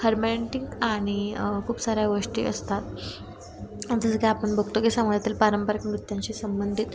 हर्मॅन्टिक आणि खूप साऱ्या गोष्टी असतात जसं की आपण बघतो की समाजातील पारंपरिक नृत्यांशी संबंधित